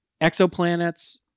exoplanets